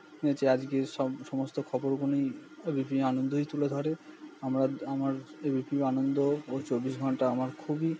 হয়েছে আজকের সব সমস্ত খবরগুলোই এ বি পি আনন্দই তুলে ধরে আমরা আমার এ বি পি আনন্দ ও চব্বিশ ঘন্টা আমার খুবই